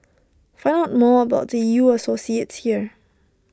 find out more about U associates here